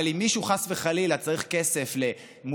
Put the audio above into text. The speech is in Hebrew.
אבל אם מישהו חס וחלילה צריך כסף למובטלים,